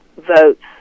votes